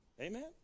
Amen